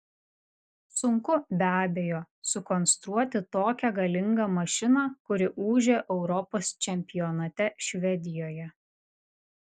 sunku be abejo sukonstruoti tokią galingą mašiną kuri ūžė europos čempionate švedijoje